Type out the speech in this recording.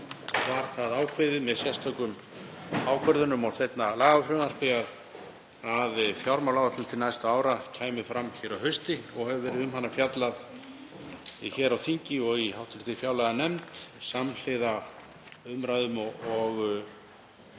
var ákveðið með sérstökum ákvörðunum og seinna lagafrumvarpi að fjármálaáætlun til næstu ára kæmi fram að hausti og hefur verið um hana fjallað hér á þingi og í hv. fjárlaganefnd samhliða umræðum og